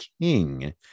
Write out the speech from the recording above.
king